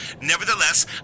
Nevertheless